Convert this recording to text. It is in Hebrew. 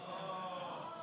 אוה.